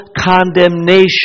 condemnation